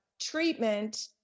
treatment